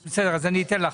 בסדר, אני אתן לך.